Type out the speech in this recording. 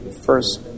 first